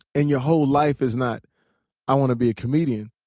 and your whole life is not i want to be a comedian,